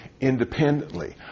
independently